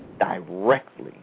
directly